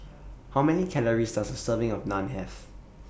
How Many Calories Does A Serving of Naan Have